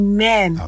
Amen